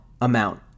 amount